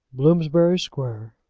bloomsbury square,